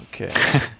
Okay